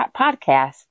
podcast